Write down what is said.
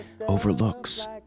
overlooks